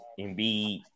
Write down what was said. Embiid